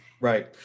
right